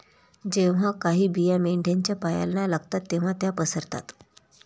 जेव्हा काही बिया मेंढ्यांच्या पायाला लागतात तेव्हा त्या पसरतात